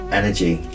energy